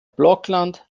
blokland